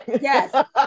Yes